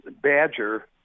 badger